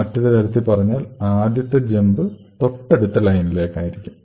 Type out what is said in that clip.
മറ്റൊരുതരത്തിൽ പറഞ്ഞാൽ ആദ്യത്തെ ജംപ് തൊട്ടടുത്ത ലൈനിലേക്കായിരിക്കും